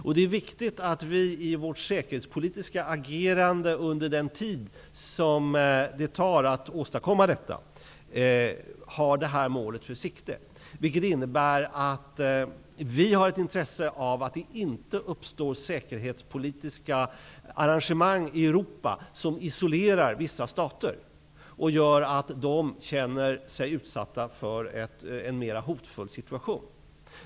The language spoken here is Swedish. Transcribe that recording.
Det är också viktigt att vi i vårt säkerhetspolitiska agerande under tiden fram tills detta åstadkoms har det här målet i sikte. Det innebär att vi har intresse av att det inte uppstår säkerhetspolitiska arrangemang i Europa som isolerar vissa stater och gör att de känner sig utsatta, upplever en mer hotfull situation.